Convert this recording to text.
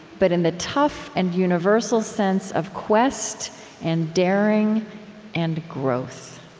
but in the tough and universal sense of quest and daring and growth.